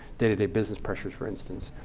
day-to-day business pressures, for instance.